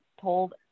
told